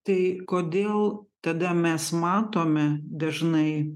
tai kodėl tada mes matome dažnai